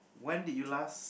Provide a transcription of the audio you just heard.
when did you last